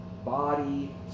Body